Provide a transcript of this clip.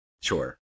sure